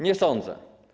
Nie sądzę.